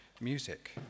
Music